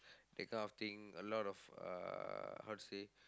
that kind of thing a lot of uh how to say